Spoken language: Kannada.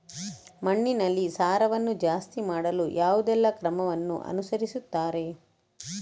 ಮಣ್ಣಿನಲ್ಲಿ ಸಾರವನ್ನು ಜಾಸ್ತಿ ಮಾಡಲು ಯಾವುದೆಲ್ಲ ಕ್ರಮವನ್ನು ಅನುಸರಿಸುತ್ತಾರೆ